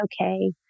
okay